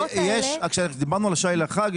דיברנו על השי לחג.